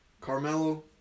Carmelo